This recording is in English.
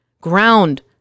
ground